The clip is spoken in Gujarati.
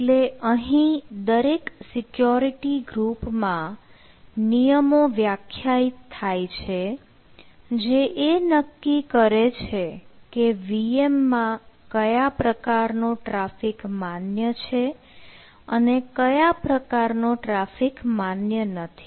એટલે અહીં દરેક સિક્યુરિટી ગ્રુપમાં નિયમો વ્યાખ્યાયિત થાય છે જે એ નક્કી કરે છે કે VM માં કયા પ્રકારનો ટ્રાફિક માન્ય છે અને કયા પ્રકારનો ટ્રાફિક માન્ય નથી